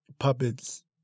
puppets